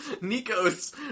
Nico's